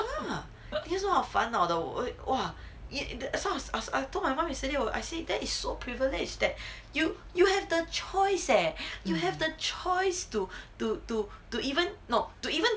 ya 有什么好烦恼的 !wah! as long as as I told my mom yesterday I said that is so privilege that you you have the choice eh you have the choice to to to to even not to even